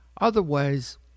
Otherwise